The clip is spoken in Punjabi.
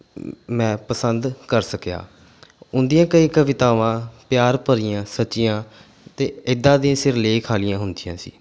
ਮੈਂ ਪਸੰਦ ਕਰ ਸਕਿਆ ਉਹਨਾਂ ਦੀਆਂ ਕਈ ਕਵਿਤਾਵਾਂ ਪਿਆਰ ਭਰੀਆਂ ਸੱਚੀਆਂ ਅਤੇ ਇੱਦਾਂ ਦੇ ਸਿਰਲੇਖ ਵਾਲੀਆਂ ਹੁੰਦੀਆਂ ਸੀ